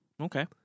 Okay